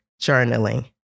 Journaling